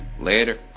Later